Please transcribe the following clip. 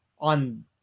on